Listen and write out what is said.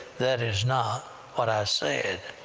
that is not what i said?